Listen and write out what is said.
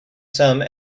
some